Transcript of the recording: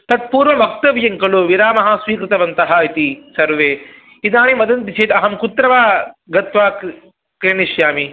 तत्पूर्वं वक्तेव्यं खलु विरामः स्वीकृतवन्तः इति सर्वे इदानीं वदन्ति चेत् अहं कुत्र वा गत्वा क्रीणिष्यामि